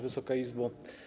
Wysoka Izbo!